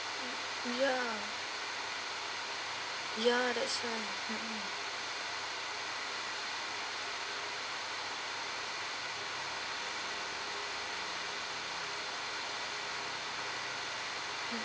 ya ya that's why mm